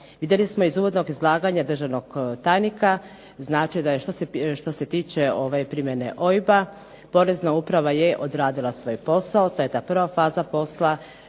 Vidjeli smo iz uvodnog izlaganja državnog tajnika, znači da što se tiče primjene OIB-a Porezna uprava je odradila svoj posao, to je ta prva faza posla,